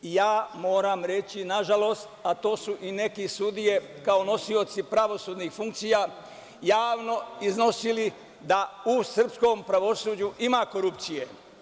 Ja moram reći, nažalost, a to su i neke sudije kao nosioci pravosudnih funkcija javno iznosili, da u srpskom pravosuđu ima korupcije.